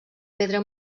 pedra